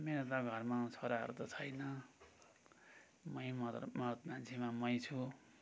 मेरो त घरमा छोराहरू त छैन मै मरत मान्छेमा मै छु